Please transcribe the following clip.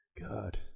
God